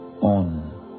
on